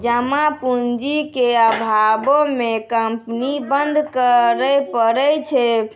जमा पूंजी के अभावो मे कंपनी बंद करै पड़ै छै